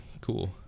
cool